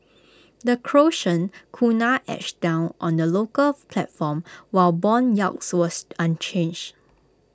the Croatian Kuna edged down on the local platform while Bond yields were unchanged